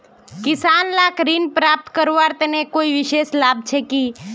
किसान लाक ऋण प्राप्त करवार तने कोई विशेष लाभ छे कि?